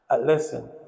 Listen